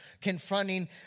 Confronting